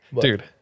dude